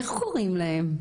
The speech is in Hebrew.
איך קוראים להם?